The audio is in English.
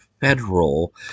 federal